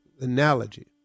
analogy